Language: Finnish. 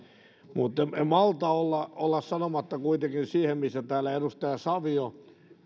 en kuitenkaan malta olla olla sanomatta siihen minkä täällä edustajat savio